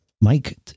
Mike